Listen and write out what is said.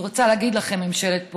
אני רוצה להגיד לכם: ממשלת פולין,